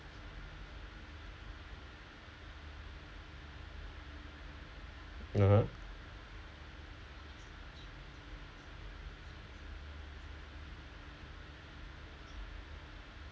(uh huh)